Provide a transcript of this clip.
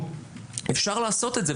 אפשר לעשות את זה,